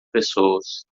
pessoas